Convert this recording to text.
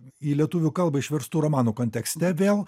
į lietuvių kalbą išverstų romanų kontekste vėl